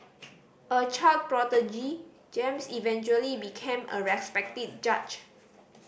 a child prodigy James eventually became a respected judge